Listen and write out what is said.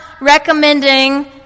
recommending